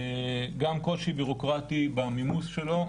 גם קושי בירוקרטי במימוש שלו.